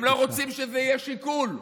הם לא רוצים שזה יהיה שיקול,